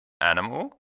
animal